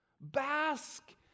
Bask